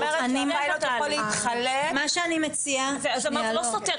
מה שאני מציעה --- זה לא סותר,